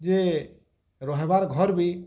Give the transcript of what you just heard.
ଯେ ରହବାର୍ ଘର ବି